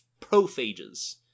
prophages